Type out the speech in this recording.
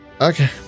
Okay